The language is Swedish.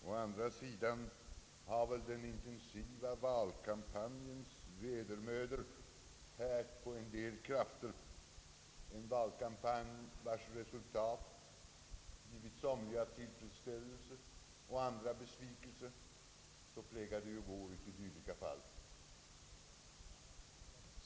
Å andra sidan har väl den intensiva valkampanjens vedermödor tärt på krafterna, en valkampanj vars resultat givit somliga tillfredsställelse och andra besvikelse. Så plägar det ju gå uti dylika fall.